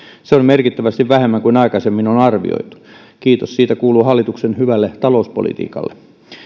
se on merkittävästi vähemmän kuin aikaisemmin on arvioitu kiitos siitä kuuluu hallituksen hyvälle talouspolitiikalle